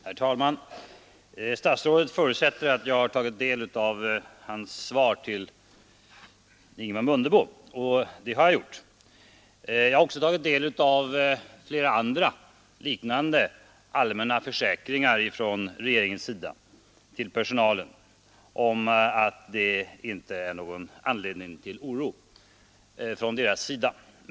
Herr talman! Statsrådet förutsätter att jag har tagit del av hans svar till herr Mundebo, och det har jag gjort. Jag har också tagit del av flera andra liknande allmänna försäkringar från regeringens sida till personalen om att det inte finns någon anledning till oro.